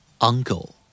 Uncle